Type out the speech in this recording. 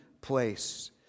place